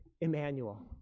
Emmanuel